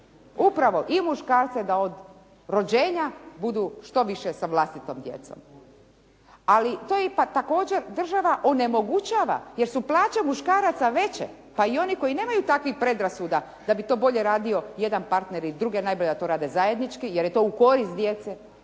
upravo i muškarce da od rođenja budu što više sa vlastitom djecom. Ali to također država onemogućava jer su plaće muškaraca veće, pa i oni koji nemaju takvih predrasuda da bi to bolje radio jedan partner ili drugi, najbolje da to rade zajednički jer je to u korist djece,